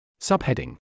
Subheading